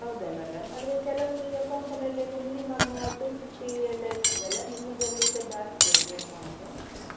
ಹೌದಾ ಮೇಡಮ್ ಅಂದರೆ ಕೆಲವುದರಲ್ಲಿ ಅಕೌಂಟಲ್ಲೆಲ್ಲ ಈಗ ಮಿನಿಮಮ್ ಟು ಫಿಫ್ಟಿ ಎಲ್ಲ ಇರ್ತದಲ್ಲ ನಿಮ್ಮದರಲ್ಲಿ ಈಗ ಜಾಸ್ತಿಯಾ ಇದು ಅಮೌಂಟ್